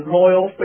loyal